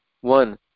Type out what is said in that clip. one